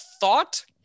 thought